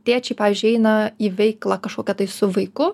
tėčiai pavyzdžiui eina į veiklą kažkokią tai su vaiku